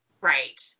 right